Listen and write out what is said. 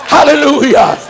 Hallelujah